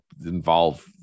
involve